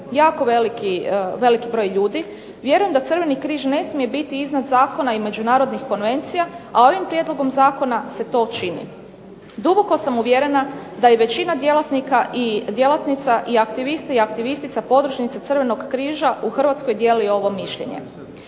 jako veliki broj ljudi, vjerujem da Crveni križ ne smije biti iznad zakona i međunarodnih konvencija, a ovim prijedlogom zakona se to čini. Duboko sam uvjerena da je većina djelatnika i djelatnica i aktivista i aktivistica podružnica Crvenog križa u Hrvatskoj dijeli ovo mišljenje.